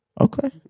Okay